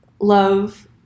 love